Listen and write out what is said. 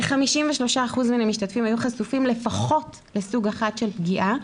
כ-53% מהמשתתפים היו חשופים לפחות לסוג אחד של פגיעה,